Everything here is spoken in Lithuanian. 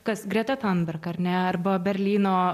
kas greta tamberg ar ne arba berlyno